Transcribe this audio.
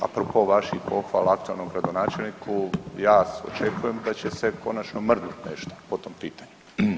Apro po vaših pohvala aktualnom gradonačelniku ja očekujem da će se konačno mrdnut nešto po tom pitanju.